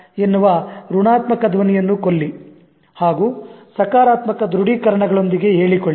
ಎನ್ನುವ ಋಣಾತ್ಮಕ ಧ್ವನಿಯನ್ನು ಕೊಲ್ಲಿ ಹಾಗೂ ಸಕಾರಾತ್ಮಕ ದೃಢೀಕರಣದೊಂದಿಗೆ ಹೇಳಿಕೊಳ್ಳಿ